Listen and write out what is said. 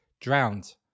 drowned